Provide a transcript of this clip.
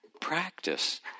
practice